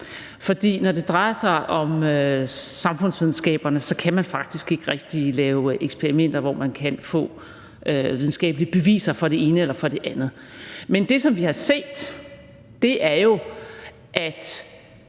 for når det drejer sig om samfundsvidenskaberne, så kan man faktisk ikke rigtig lave eksperimenter, hvor man kan få videnskabelige beviser for det ene eller for det andet. Men det, som vi har set, er jo, at